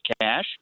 cash